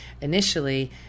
initially